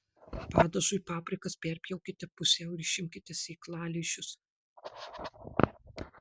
padažui paprikas perpjaukite pusiau ir išimkite sėklalizdžius